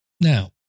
Now